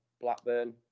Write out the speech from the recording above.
Blackburn